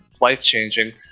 life-changing